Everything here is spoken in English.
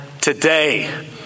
today